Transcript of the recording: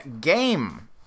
Game